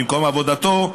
ממקום עבודתו,